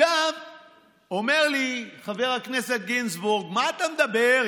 אומר לי חבר הכנסת גיזנבורג: מה אתה מדבר,